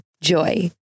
Joy